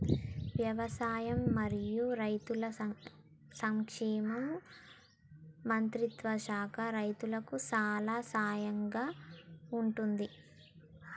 వ్యవసాయం మరియు రైతుల సంక్షేమ మంత్రిత్వ శాఖ రైతులకు చాలా సహాయం గా ఉంటుంది